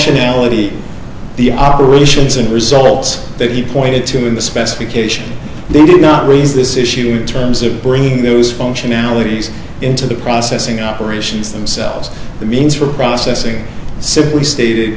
of the operations and results that he pointed to in the specification they did not raise this issue in terms of bringing those functionalities into the processing operations themselves the means for processing simply stated i